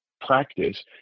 practice